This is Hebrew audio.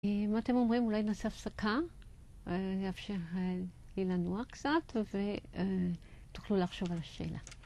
אם אתם אומרים, אולי נעשה הפסקה לאפשר לי לנוח קצת, ותוכלו לחשוב על השאלה.